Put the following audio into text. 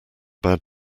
bad